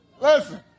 Listen